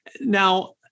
Now